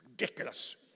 Ridiculous